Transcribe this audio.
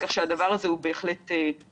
כך שהדבר הזה הוא בהחלט נשקל.